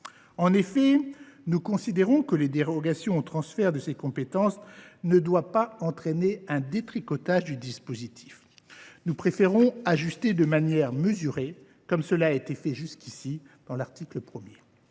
En effet, nous considérons que les dérogations au transfert de ces compétences ne doivent pas entraîner un détricotage du dispositif. Nous préférons ajuster de manière mesurée, comme cela a été fait jusqu’à présent, à l’article 1.